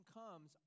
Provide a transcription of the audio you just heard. comes